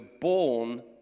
born